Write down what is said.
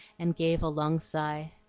and gave a long sigh.